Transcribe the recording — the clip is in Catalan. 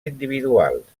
individuals